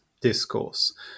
discourse